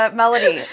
melody